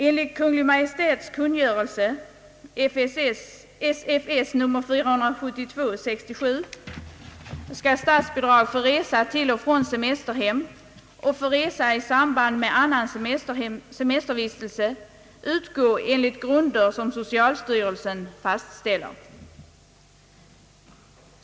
Enligt kungl. kungörelse SFS nr 472:67 skall statsbidrag för resa till och från semes terhem och för resa i samband med annan semestervistelse utgå enligt grunder som socialstyrelsen fastställer.